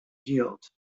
healed